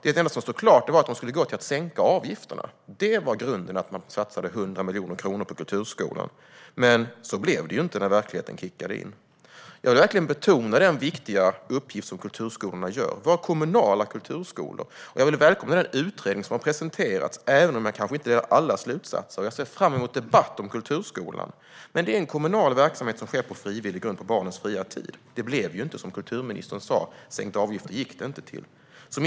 Det enda som stod klart var att de skulle gå till att sänka avgifterna. Det var grunden till att man satsade 100 miljoner kronor på kulturskolan. Men så blev det inte när verkligheten kickade in. Jag vill verkligen betona den viktiga uppgift som våra kommunala kulturskolor har, och jag välkomnar den utredning som har presenterats, även om jag kanske inte delar alla slutsatser. Jag ser fram emot debatt om kulturskolan. Men det är en kommunal verksamhet som sker på frivillig grund på barnens fria tid. Det blev inte som kulturministern sa; pengarna gick inte till sänkta avgifter.